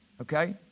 okay